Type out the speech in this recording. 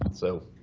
so.